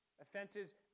Offenses